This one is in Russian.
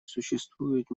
существуют